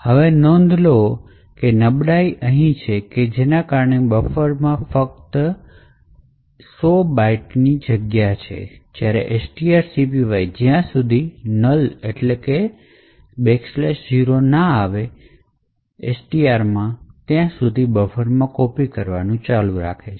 હવે નોંધ લો કે નબળાઈ અહીં જોવા મળે છે કારણ કે બફર ફક્ત 100 બાઇટ્સની હોય છે જ્યારે strcpy જ્યાં સુધી ' 0' એટલે કે નલ STR માં ન મળે ત્યાં સુધી બફરમાં કોપી કરવાનું ચાલુ રાખશે